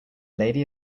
lady